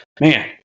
man